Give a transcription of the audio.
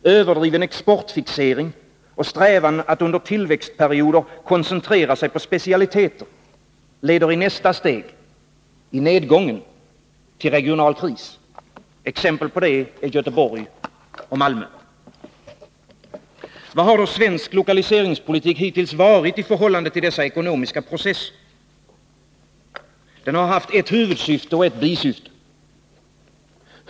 Överdriven exortfixering och strävan att under tillväxtperioder koncentrera sig på specialiteter leder i nästa steg, i nedgången, till regional kris. Exempel på detta är Göteborg och Malmö. Vad har svensk lokaliseringspolitik hittills varit i förhållande till dessa ekonomiska processer? Den har haft ett huvudsyfte och ett bisyfte.